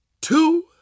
two